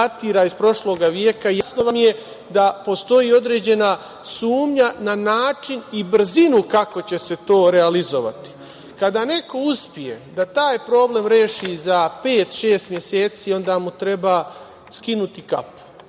da postoji određena sumnja na način i brzinu kako će se to realizovati. Kada neko uspe da taj problem reši za pet, šest meseci, onda mu treba skinuti kapu.